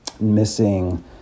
missing